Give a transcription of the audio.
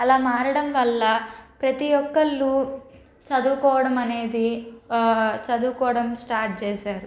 అలా మారడం వల్ల ప్రతీ ఒక్కళ్ళు చదుకోవడం అనేది చదువుకోవడం స్టార్ట్ చేశారు